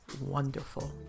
wonderful